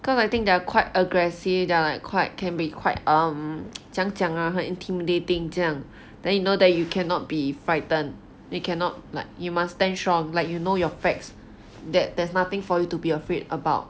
because I think they are quite aggressive they're like quite can be quite err 怎样讲 ah 很 intimidating 这样 then you know that you cannot be frightened you cannot like you must stand strong like you know your facts that there's nothing for you to be afraid about